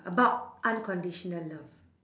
about unconditional love